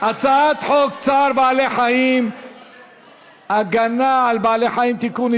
הצעת חוק צער בעלי חיים (הגנה על בעלי חיים) (תיקון,